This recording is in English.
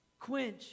quench